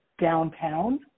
downtown